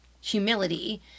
humility